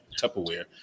tupperware